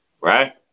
right